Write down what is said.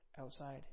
outside